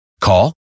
Call